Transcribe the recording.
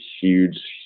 huge